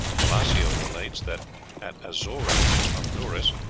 palacio relates that at azori, in honduras,